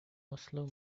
oslo